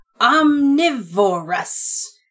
Omnivorous